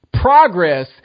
Progress